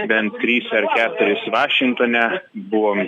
bent tris ar keturis vašingtone buvom